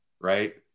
right